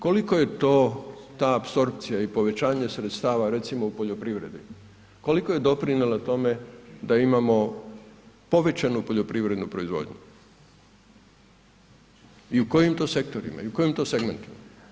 Koliko je ta apsorpcija i povećanje sredstava recimo u poljoprivredi, koliko je doprinijela tome da imamo povećanu poljoprivrednu proizvodnju i u kojim to sektorima i u kojim to segmentima?